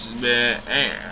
Man